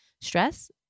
stress